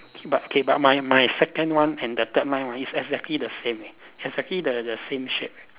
K K but K but my my second one and the third line right is exactly the same leh exactly the the same shape